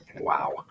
Wow